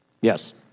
Yes